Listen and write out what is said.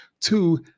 Two